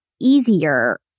easier